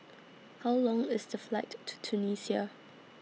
How Long IS The Flight to Tunisia